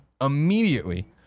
immediately